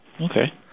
Okay